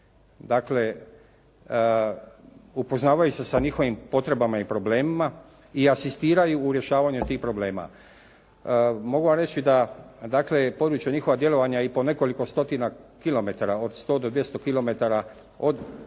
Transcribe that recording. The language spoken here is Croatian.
Dakle, upoznavajući se sa njihovim potrebama i problemima i asistiraju u rješavanju tih problema. Mogu vam reći da, dakle područje njihovog djelovanja je i po nekoliko stotina kilometara od 100 do 200 km od